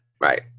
Right